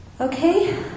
Okay